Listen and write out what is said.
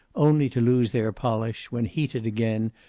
only to lose their polish when, heated again,